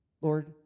Lord